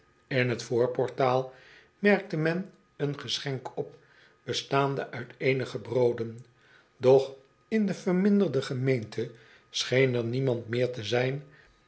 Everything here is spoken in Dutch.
in t voorportaal merkte men een geschenk op bestaande uit eenige b'rooden doch in de verminderde gemeente scheen er niemand meer te zijn